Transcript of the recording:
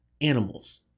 animals